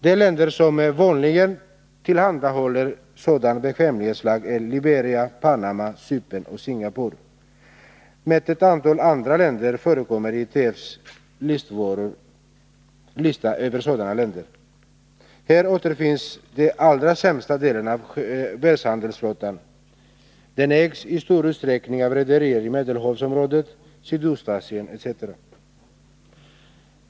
De länder som vanligen tillhandahåller sådan bekvämlighetsflagg är Liberia, Panama, Cypern och Singapore, men ett antal andra länder förekommer på ITF:s lista över sådana länder. Här återfinns den allra sämsta delen av världshandelsflottan. Den ägs i stor utsträckning av rederier i Medelhavsområdet, Sydostasien etc.